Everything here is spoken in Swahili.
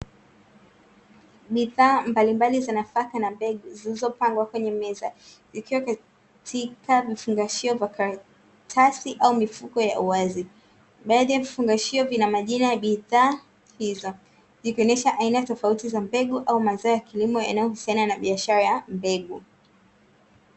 Bidhaa mbalimbali za nafaka na mbegu, zilizopangwa kwenye meza. Ikiwa katika vifungashio vya karatasi au mifuko ya uwazi. Baadhi ya vifungashio vina majina ya bidhaa hizo. Zikionesha aina tofauti za mbegu au mazao ya kilimo yanayohusiana na biashara ya mbegu.